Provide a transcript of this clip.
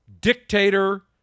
dictator